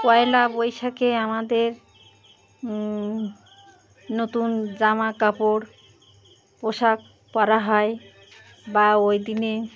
পয়লা বৈশাখে আমাদের নতুন জামাকাপড় পোশাক পরা হয় বা ওই দিনে